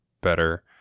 better